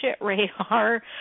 radar